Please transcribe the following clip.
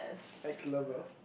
ex lover